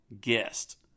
guest